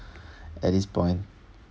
at this point